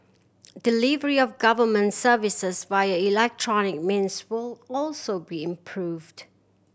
delivery of government services via electronic means will also be improved